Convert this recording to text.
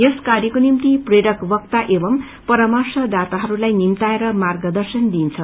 यस कार्यको निम्ति प्रेरक वक्ता एवं पराम्रश दााताहरूलाई निम्ताएर मार्ग दश्चन दिइन्छ